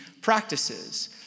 practices